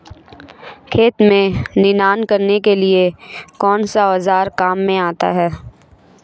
खेत में निनाण करने के लिए कौनसा औज़ार काम में आता है?